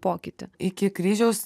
pokytį iki kryžiaus